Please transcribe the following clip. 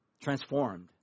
Transformed